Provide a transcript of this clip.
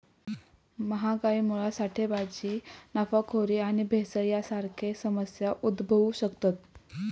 महागाईमुळा साठेबाजी, नफाखोरी आणि भेसळ यांसारखे समस्या उद्भवु शकतत